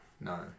No